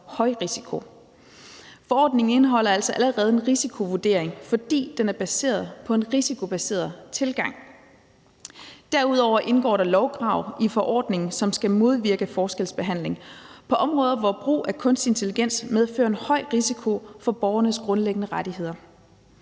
højrisiko. Forordningen indeholder altså allerede en risikovurdering, fordi den er baseret på en risikobaseret tilgang. Derudover indgår der lovkrav i forordningen, som skal modvirke forskelsbehandling på områder, hvor brug af kunstig intelligens medfører høj risiko for borgernes grundlæggende rettigheder.